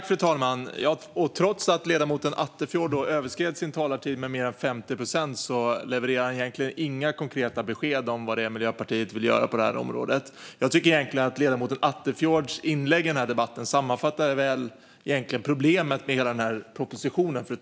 Fru talman! Trots att ledamoten Attefjord överskred sin talartid med mer än 50 procent levererade han egentligen inga konkreta besked om vad Miljöpartiet vill göra på området. Jag tycker att ledamoten Attefjords inlägg i debatten sammanfattar väl problemet med hela propositionen.